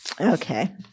Okay